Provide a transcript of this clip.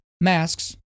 masks